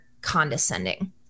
condescending